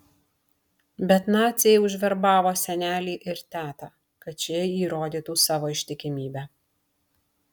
bet naciai užverbavo senelį ir tetą kad šie įrodytų savo ištikimybę